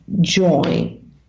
join